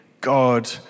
God